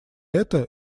это